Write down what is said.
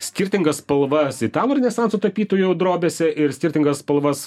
skirtingas spalvas italų renesanso tapytojų drobėse ir skirtingas spalvas